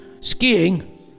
skiing